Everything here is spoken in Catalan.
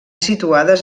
situades